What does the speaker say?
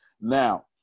Now